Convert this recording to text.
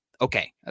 okay